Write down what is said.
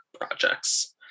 projects